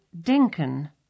denken